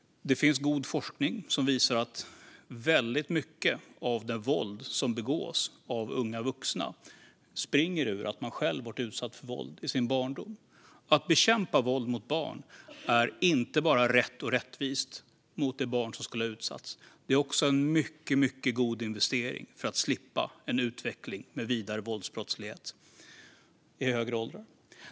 Det finns god forskning som visar att väldigt mycket av det våld som begås av unga vuxna springer ur att man själv varit utsatt för våld i sin barndom. Att bekämpa våld mot barn är inte bara rätt och rättvist mot de barn som skulle ha utsatts. Det är också en mycket god investering för att slippa en utveckling med vidare våldsbrottslighet i högre åldrar.